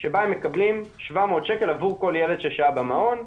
שבה הם מקבלים 700 שקל עבור כל ילד ששהה במעון,